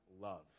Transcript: love